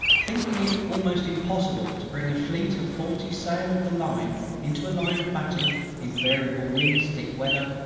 thinking it almost impossible to bring a fleet of forty sail of the line into a line of battle in variable winds, thick weather,